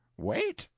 wait!